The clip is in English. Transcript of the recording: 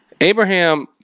Abraham